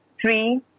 three